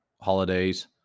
holidays